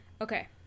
Okay